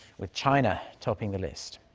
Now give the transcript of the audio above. with china topping the list.